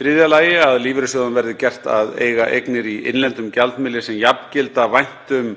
3. Að lífeyrissjóðum verði gert að eiga eignir í innlendum gjaldmiðli sem jafngilda væntum